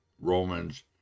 Romans